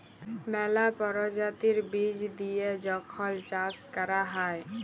ম্যালা পরজাতির বীজ দিঁয়ে যখল চাষ ক্যরা হ্যয়